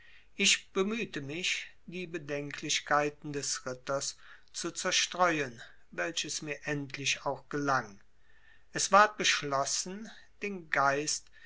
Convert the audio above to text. ich bemühte mich die bedenklichkeiten des ritters zu zerstreuen welches mir endlich auch gelang es ward beschlossen den geist